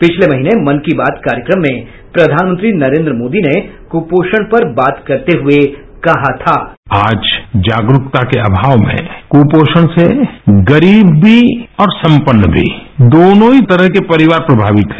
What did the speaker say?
पिछले महीने मन की बात कार्यक्रम में प्रधानमंत्री नरेंद्र मोदी ने कुपोषण पर बात करते हुए कहा था बाईट आज जागरूकता के अभाव में कुपोषण से गरीब भी और संपन्न भी दोनों ही तरह के परिवार प्रभावित हैं